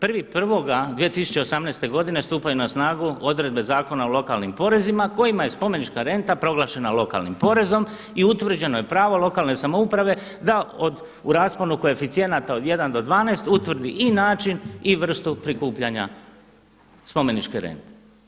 1.1.2018. godine stupaju na snagu odredbe Zakona o lokalnim porezima kojima je spomenička renta proglašena lokalnim porezom i utvrđeno je pravo lokalne samouprave da od u rasponu koeficijenata od 1 do 12 utvrdi i način i vrstu prikupljanja spomeničke rente.